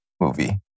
movie